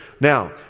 Now